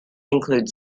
include